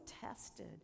tested